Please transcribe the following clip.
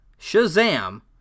Shazam